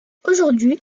aujourd’hui